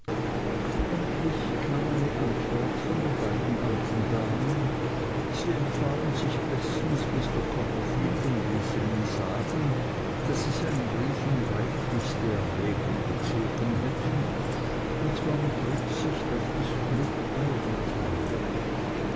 endlich kam eine antwort von den beiden alten damen sie empfahlen sich bestens mr copperfield und ließen ihm sagen daß sie seinen brief in reiflichste erwägung gezogen hätten und zwar mit rücksicht auf das glück beider teile